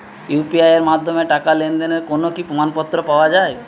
UPI এর মাধ্যমে টাকা লেনদেনের কোন কি প্রমাণপত্র পাওয়া য়ায়?